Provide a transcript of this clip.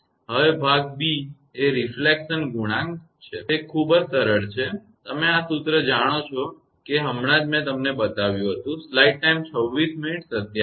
હવે ભાગ b એ રિફલેક્શન ગુણાંક પ્રતિબિંબ ગુણાંક છે તે ખૂબ જ સરળ તમે આ સૂત્ર જાણો છો કે હમણાં જ મેં તમને બતાવ્યું છે